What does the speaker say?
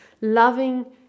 loving